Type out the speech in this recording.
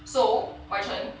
so wai chen